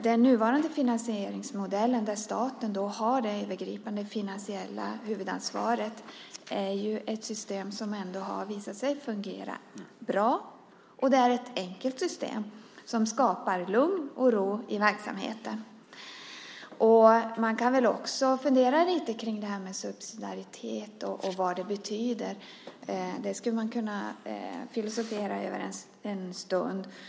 Den nuvarande finansieringsmodellen, där staten har det övergripande finansiella ansvaret, är ett system som ändå har visat sig att fungera bra. Det är ett enkelt system som skapar lugn och ro i verksamheten. Man kan väl också fundera lite på subsidiaritet och vad det betyder. Det skulle man kunna filosofera över en stund.